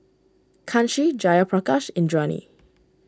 Kanshi Jayaprakash Indranee